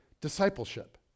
discipleship